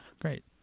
Great